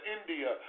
India